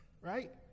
Right